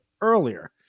earlier